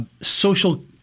social